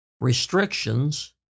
restrictions